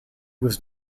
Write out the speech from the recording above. was